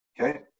Okay